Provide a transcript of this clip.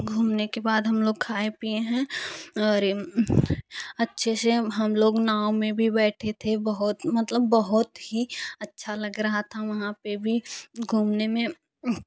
घूमने के बाद हम लोग खाए पिए हैं और ये अच्छे से हम लोग नाव में भी बैठे थे बहुत मतलब बहुत ही अच्छा लग रहा था वहाँ पे भी घूमने में